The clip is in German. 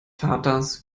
vaters